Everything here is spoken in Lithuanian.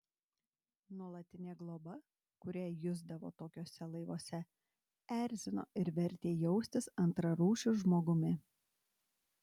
nuolatinė globa kurią jusdavo tokiuose laivuose erzino ir vertė jaustis antrarūšiu žmogumi